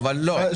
הוא לא בעייתי.